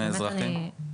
ומאזרחים.